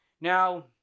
Now